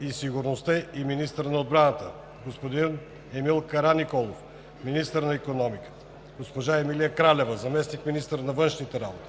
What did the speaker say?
и сигурността и министър на отбраната; господин Емил Караниколов – министър на икономиката; госпожа Емилия Кралева – заместник-министър на външните работи;